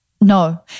No